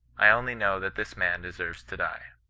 i only know that this man deserves to die